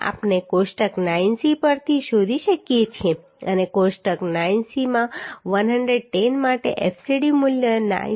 આપણે કોષ્ટક 9C પરથી શોધી શકીએ છીએ અને કોષ્ટક 9Cમાં 110 માટે fcd મૂલ્ય 94